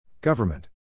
Government